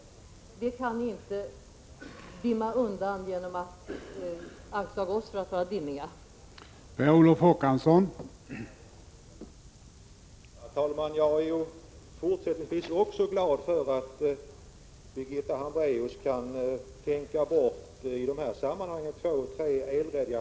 Ansvaret för det kan ni inte slippa undan genom att anklaga oss för att uttrycka oss dimmigt.